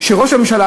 שראש הממשלה,